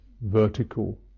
vertical